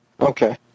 okay